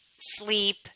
sleep